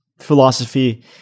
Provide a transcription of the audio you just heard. philosophy